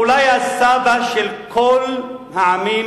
אולי היה סבא של כל העמים,